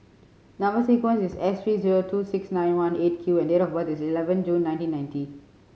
number sequence is S three zero two six nine one Eight Q and date of birth is eleven June nineteen ninety